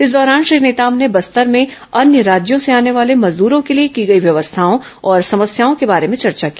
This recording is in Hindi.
इस दौरान श्री नेताम ने बस्तर में अन्य राज्यों से आने वाले मजदरों के लिए की गई व्यवस्थाओं और समस्याओं के बारे में चर्चा की